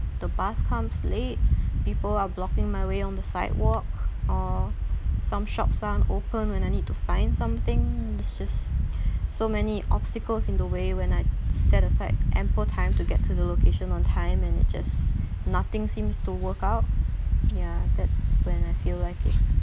the bus comes late people are blocking my way on the sidewalk or some shops aren't open when I need to find something it's just so many obstacles in the way when I set aside ample time to get to the location on time and it just nothing seems to work out ya that's when I feel like it